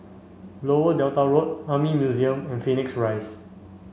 Lower Delta Road Army Museum and Phoenix Rise